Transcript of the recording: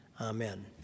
Amen